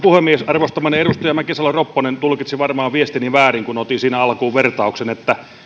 puhemies arvostamani edustaja mäkisalo ropponen tulkitsi varmaan viestini väärin kun otin siihen alkuun vertauksen että